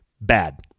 bad